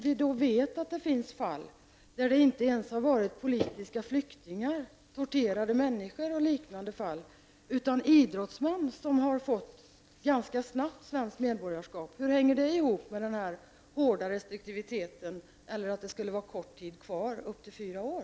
Vi vet att det finns utländska idrottsmän som ganska snabbt har fått svenskt medborgarskap — fall där det inte ens varit fråga om politiska flyktingar, torterade människor och liknande. Hur hänger detta ihop med den hårda restriktiviteten eller med att det krävs att det bara är kort tid kvar?